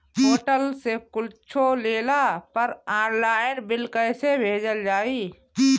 Hotel से कुच्छो लेला पर आनलाइन बिल कैसे भेजल जाइ?